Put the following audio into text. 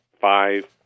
five